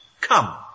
come